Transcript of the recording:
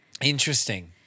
Interesting